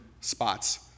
spots